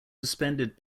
suspended